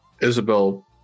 Isabel